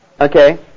Okay